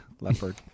leopard